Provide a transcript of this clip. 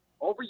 Over